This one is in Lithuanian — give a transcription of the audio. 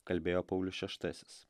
kalbėjo paulius šeštasis